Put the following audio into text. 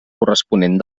corresponent